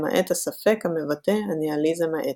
למעט הספק המבטא הניהיליזם האתי.